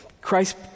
Christ